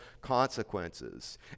consequences